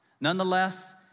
Nonetheless